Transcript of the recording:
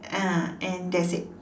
ah and that's it